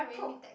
probe